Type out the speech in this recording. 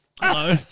Hello